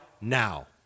now